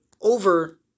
over